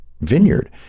vineyard